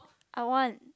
I want